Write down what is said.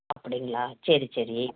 அப்படிங்களா சரி சரி